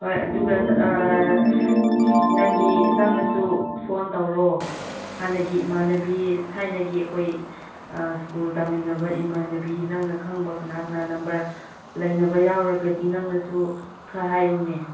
ꯍꯣꯏ ꯑꯗꯨꯒ ꯅꯪꯒꯤ ꯅꯪꯅꯁꯨ ꯐꯣꯟ ꯇꯧꯔꯣ ꯍꯥꯟꯅꯒꯤ ꯏꯃꯥꯟꯅꯕꯤ ꯊꯥꯏꯅꯒꯤ ꯑꯩꯈꯣꯏ ꯁ꯭ꯀꯨꯜ ꯇꯝꯃꯤꯟꯅꯕ ꯏꯃꯥꯟꯅꯕꯤ ꯅꯪꯅ ꯈꯪꯕ ꯀꯅꯥ ꯀꯅꯥ ꯅꯝꯕꯔ ꯂꯩꯅꯕ ꯌꯥꯎꯔꯒꯗꯤ ꯅꯪꯅꯁꯨ ꯈꯔ ꯍꯥꯏꯔꯣꯅꯦ